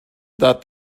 that